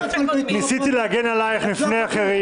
ניסיתי להגן עלייך לפני אחרים.